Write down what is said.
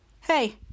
hey